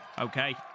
Okay